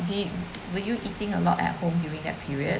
did were you eating a lot at home during that period